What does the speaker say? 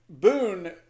Boone